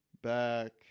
back